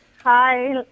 Hi